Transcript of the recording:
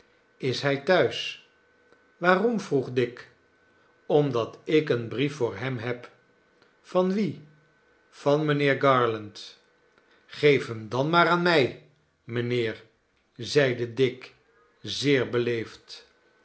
is hij thuis waarom vroeg dick omdat ik een brief voor hem heb van wien van mijnheer garland geef hem dan maar aan mij mijnheer zeide dick zeer beleefd